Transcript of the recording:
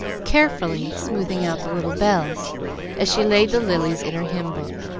carefully smoothing out the little bells as she laid the lilies in her hymn-book,